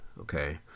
okay